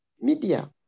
media